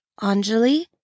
Anjali